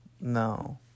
No